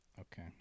Okay